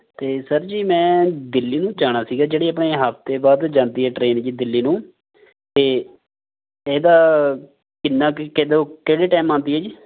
ਅਤੇ ਸਰ ਜੀ ਮੈਂ ਦਿੱਲੀ ਨੂੰ ਜਾਣਾ ਸੀਗਾ ਜਿਹੜੀ ਆਪਣੇ ਹਫਤੇ ਬਾਅਦ ਜਾਂਦੀ ਆ ਟਰੇਨ ਜੀ ਦਿੱਲੀ ਨੂੰ ਅਤੇ ਇਹਦਾ ਕਿੰਨਾ ਕੁ ਕਦੋਂ ਕਿਹੜੇ ਟਾਇਮ ਆਉਂਦੀ ਆ ਜੀ